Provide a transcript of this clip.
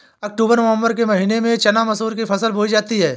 अक्टूबर नवम्बर के महीना में चना मसूर की फसल बोई जाती है?